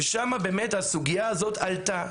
ששם באמת הסוגיה הזאת עלתה.